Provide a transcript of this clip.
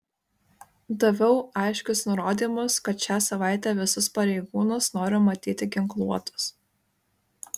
daviau aiškius nurodymus kad šią savaitę visus pareigūnus noriu matyti ginkluotus